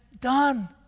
done